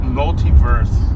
multiverse